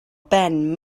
ben